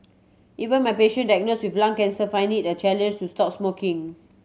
even my patient diagnose with lung cancer find it a challenge to stop smoking